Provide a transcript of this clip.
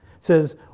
says